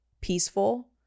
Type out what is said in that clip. peaceful